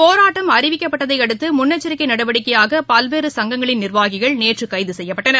போராட்டம் அறிவிக்கப்பட்டதை அடுத்து முன்னெச்சிக்கை நடவடிக்கையாக பல்வேறு சங்கங்களின் நிர்வாகிகள் நேற்று கைது செய்யப்பட்டனர்